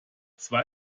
zwei